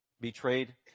betrayed